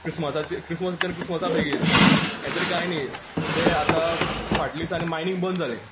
क्रिसम Christmas येता तेन्ना क्रिसमसा बेगां येतलीं हें तरी कांय न्ही जें आतां फाटले दिसांनी मायनींग बंद जालें